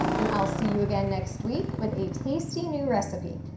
and i'll see you again next week with a tasty new recipe.